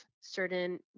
certain